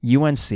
UNC